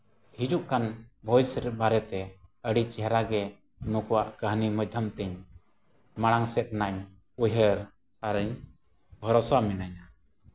ᱦᱤᱡᱩᱜ ᱠᱟᱱ ᱵᱚᱭᱮᱥ ᱵᱟᱨᱮᱛᱮ ᱟᱹᱰᱤ ᱪᱮᱦᱨᱟ ᱜᱮ ᱱᱩᱠᱩᱣᱟᱜ ᱠᱟᱹᱦᱱᱤ ᱢᱟᱫᱽᱫᱷᱚᱢ ᱛᱤᱧ ᱢᱟᱲᱟᱝ ᱥᱮᱫ ᱱᱟᱧ ᱩᱭᱦᱟᱹᱨ ᱟᱨᱤᱧ ᱵᱷᱚᱨᱥᱟ ᱢᱤᱱᱟᱹᱧᱟ